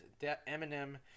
Eminem